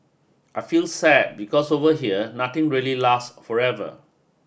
I feel sad because over here nothing really lasts forever